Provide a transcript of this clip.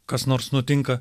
kas nors nutinka